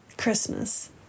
Christmas